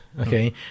Okay